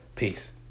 Peace